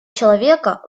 человека